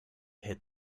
hit